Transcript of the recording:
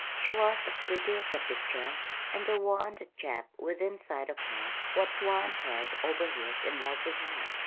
she was as pretty as a picture and there wa'n't a chap within sight of her what wa'n't head over heels in love with her.